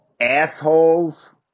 assholes –